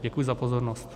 Děkuji za pozornost.